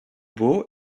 beau